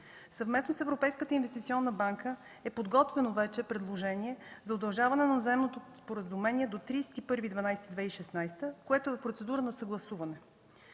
Съвместно с Европейската инвестиционна банка вече е подготвено предложение за удължаване на заемното споразумение до 31 декември 2016 г., което е в процедура на съгласуване.